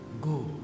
go